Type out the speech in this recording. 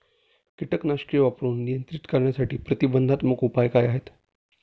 कीटकनाशके वापरून नियंत्रित करण्यासाठी प्रतिबंधात्मक उपाय काय आहेत?